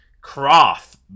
Croth